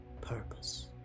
purpose